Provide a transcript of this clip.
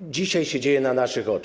dzisiaj dzieje się na naszych oczach.